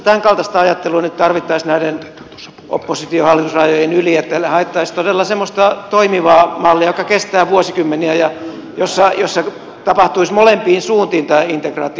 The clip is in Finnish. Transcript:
minusta tämänkaltaista ajattelua nyt tarvittaisiin näiden oppositiohallitus rajojen yli että haettaisiin todella semmoista toimivaa mallia joka kestää vuosikymmeniä ja jossa tapahtuisi molempiin suuntiin tämä integraatio